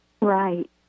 Right